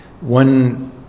One